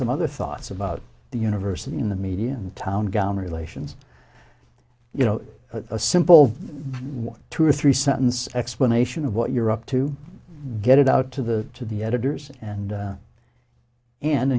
some other thoughts about the university in the media and town gown relations you know a simple one two or three sentence explanation of what you're up to get it out to the to the editors and